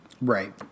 right